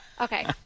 Okay